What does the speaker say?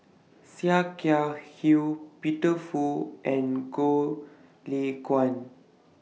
Sia Kah Hui Peter Fu and Goh Lay Kuan